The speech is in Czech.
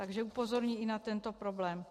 Takže upozorňuji i na tento problém.